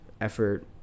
effort